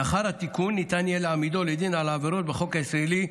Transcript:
לאחר התיקון ניתן יהיה להעמידו לדין על העבירות בחוק הישראלי,